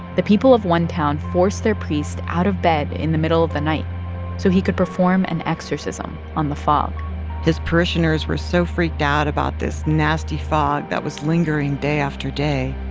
the people of one town forced their priest out of bed in the middle of the night so he could perform an exorcism on the fog his parishioners were so freaked out about this nasty fog that was lingering day after day.